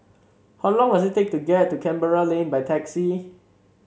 how long does it take to get to Canberra Lane by taxi